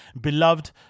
beloved